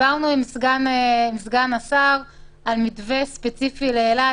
דיברנו עם סגן השר על מתווה ספציפי לאילת.